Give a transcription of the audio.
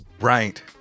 Right